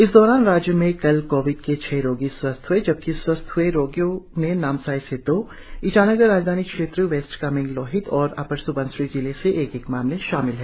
इस दौरान राज्य में कल कोविड के छह रोगी स्वस्थ हए जबकि स्वस्थ हए रोगियों में नामसाई से दो ईटानगर राजधानी क्षेत्र वेस्ट कामेंग लोहित और अपर स्बनसिरी जिले से एक एक मामले शामिल है